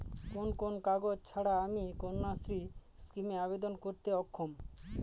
কোন কোন কাগজ ছাড়া আমি কন্যাশ্রী স্কিমে আবেদন করতে অক্ষম?